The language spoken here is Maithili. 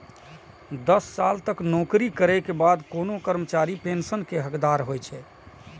दस साल तक नौकरी करै के बाद कोनो कर्मचारी पेंशन के हकदार होइ छै